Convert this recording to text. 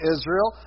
Israel